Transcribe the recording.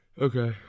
Okay